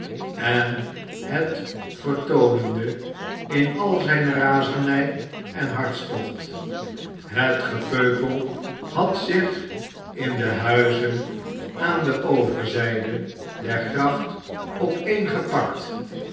en het vertoonende in al zijne razernij en hartstocht het gepeupel had zich in de huizen aan de overzijde der gracht opeengepakt